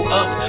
up